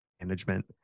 management